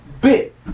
bit